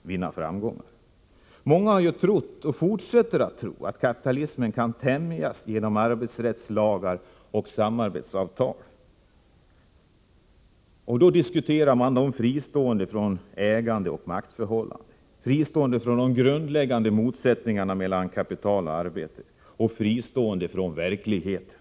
Många har trott, och fortsätter att tro, att kapitalismen kan tämjas genom arbetsrättslagar och samarbetsavtal. Man diskuterade då detta fristående från ägandeoch maktförhållanden, fristående från de grundläggande motsättningarna mellan kapital och arbete samt fristående från verkligheten.